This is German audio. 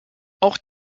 auch